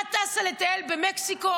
כשאת טסה לטייל במקסיקו,